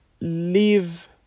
live